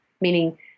meaning